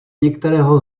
některého